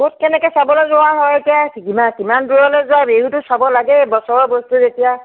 ক'ত কেনেকে চাবলৈ যোৱা হয় এতিয়া কিমান দূৰলৈ যোৱা বিহুটো চাব লাগেই বছৰৰ বস্তু যেতিয়া